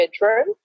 bedroom